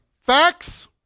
facts